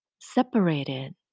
separated